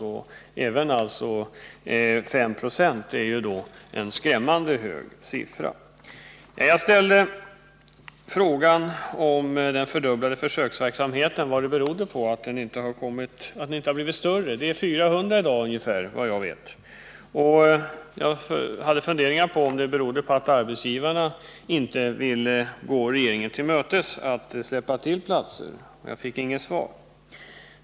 5 96 arbetslöshet är då en skrämmande hög siffra. Jag ställde frågan, vad det berodde på att den fördubblade försöksverksamheten inte blivit mera omfattande. Det gäller 400 i dag, såvitt jag vet. Jag hade funderingar på om det berodde på att arbetsgivarna inte vill gå regeringen till mötes och släppa till platser. Jag fick inget svar.